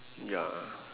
ya